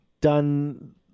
done